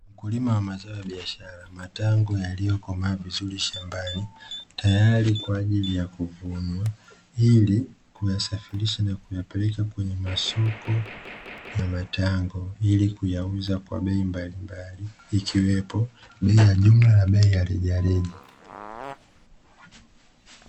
Mkulima wa mazao ya biashara matango yaliyokomaa vizuri shambani tayari kwa ajili ya kuvunwa, ili kuyasafirisha na kuyapeleka kwenye masoko ya matango ili kuyauza kwa bei mbalimbali; ikiwepo bei ya jumla na bei ya rejareja.